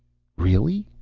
really?